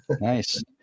Nice